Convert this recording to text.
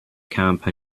camp